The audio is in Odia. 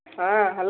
ହଁ ହ୍ୟାଲୋ